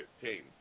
team